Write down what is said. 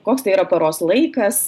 koks tai yra paros laikas